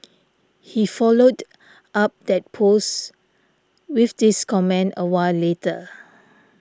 he followed up that post with this comment a while later